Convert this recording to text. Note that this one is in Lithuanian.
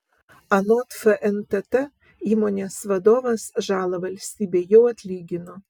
anot fntt įmonės vadovas žalą valstybei jau atlygino